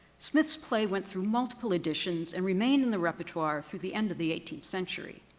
smith's play went through multiple editions and remained in the repertoire through the end of the eighteenth century.